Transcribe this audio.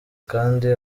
kandi